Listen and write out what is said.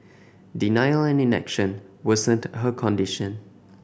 denial and inaction worsened her condition